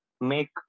make